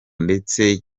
ndetse